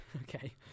okay